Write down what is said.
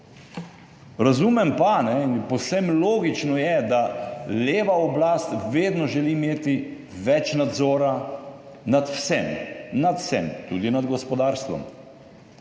Razumem pa in povsem logično je, da leva oblast vedno želi imeti več nadzora nad vsem, tudi nad gospodarstvom.